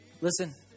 Listen